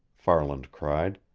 farland cried.